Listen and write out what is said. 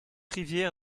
rivière